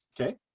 Okay